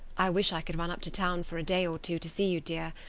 i wish i could run up to town for a day or two to see you, dear,